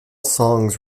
songs